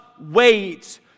wait